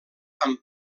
amb